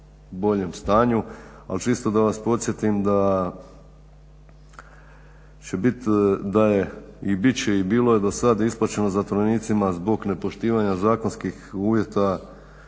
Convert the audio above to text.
boljem stanju, ali čisto da vas podsjetim da će biti, da je i bit će i bilo je dosad isplaćeno zatvorenicima zbog nepoštivanja zakonskih uvjeta